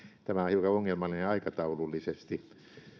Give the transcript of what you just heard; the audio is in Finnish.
tämä on hiukan ongelmallinen aikataulullisesti